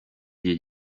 gihe